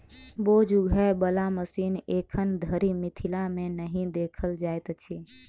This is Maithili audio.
बोझ उघै बला मशीन एखन धरि मिथिला मे नहि देखल जाइत अछि